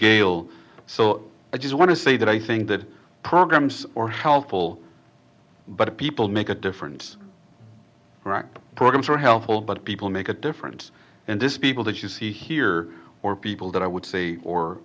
gail so i just want to say that i think that programs or helpful but people make a difference programs are helpful but people make a difference and this people that you see here or people that i would say or